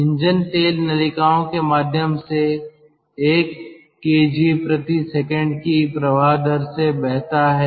engine तेल नलिकाओ के माध्यम से 1 kgs की प्रवाह दर से बहता है